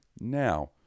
Now